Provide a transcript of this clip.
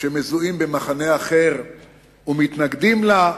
שמזוהים במחנה אחר ומתנגדים לה.